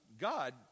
God